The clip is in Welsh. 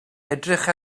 edrych